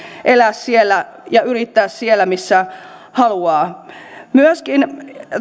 elää ja yrittää siellä missä haluaa myöskin